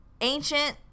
ancient